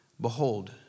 Behold